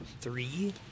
three